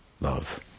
love